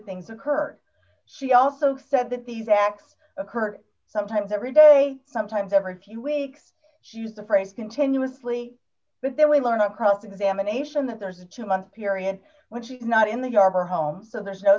things occurred she also said that these acts occur sometimes every day sometimes every few weeks she used the phrase continuously but then we learn a crop examination that there's a two month period when she's not in the arbor home so there's no